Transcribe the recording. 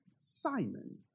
Simon